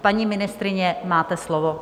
Paní ministryně, máte slovo.